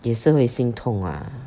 也是会心痛 ah